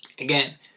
again